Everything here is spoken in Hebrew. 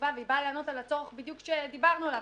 חשובה מאוד והיא באה לענות בדיוק על הצורך שדיברנו עליו,